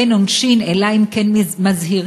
אין עונשין אלא אם כן מזהירין.